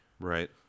Right